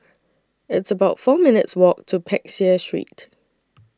It's about four minutes' Walk to Peck Seah Street